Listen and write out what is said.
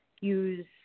use